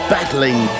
Battling